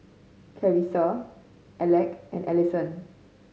Carissa Alek and Allyson